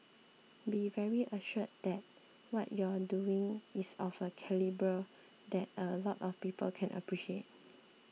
be very assured that what you're doing is of a calibre that a lot of people can appreciate